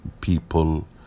people